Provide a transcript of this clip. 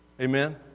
Amen